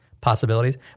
possibilities